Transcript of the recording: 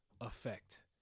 effect